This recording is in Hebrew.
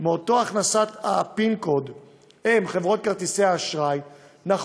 מהכנסת ה-pin code הם חברות כרטיסי האשראי,